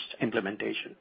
implementation